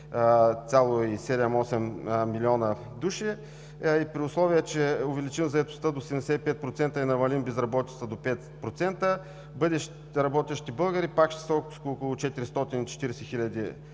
3,7 – 3,8 милиона души, и при условие че увеличим заетостта до 75% и намалим безработицата до 5%, бъдещите работещи българи пак ще са около 440 хиляди